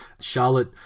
Charlotte